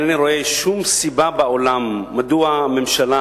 אינני רואה שום סיבה בעולם מדוע הממשלה